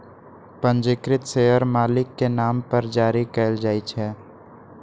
पंजीकृत शेयर मालिक के नाम पर जारी कयल जाइ छै